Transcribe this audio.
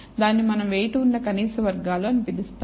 దానిని మనం వెయిట్ ఉన్న కనీస వర్గాలు అని పిలుస్తాము